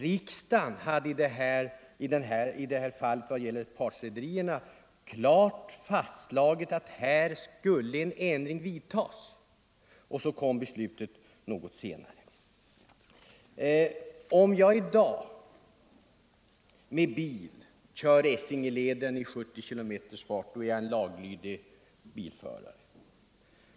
Riksdagen hade i fråga om partrederierna klart fastslagit att en ändring skulle vidtagas. Beslutet kom något senare. Om jag i dag med bil kör Essingeleden med en fart av 70 kilometer i timmen är jag en laglydig bilförare.